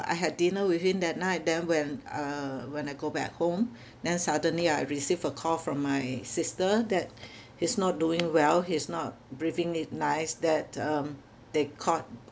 I had dinner with him that night then when uh when I go back home then suddenly I receive a call from my sister that he's not doing well he's not breathing it nice that um they called